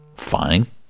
fine